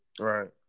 right